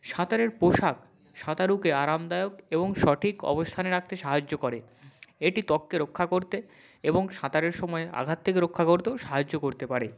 সাঁতারের পোশাক সাঁতারুকে আরামদায়ক এবং সঠিক অবস্থানে রাখতে সাহায্য করে এটি ত্বককে রক্ষা করতে এবং সাঁতারের সময় আঘাত থেকে রক্ষা করতেও সাহায্য করতে পারে